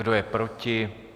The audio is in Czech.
Kdo je proti?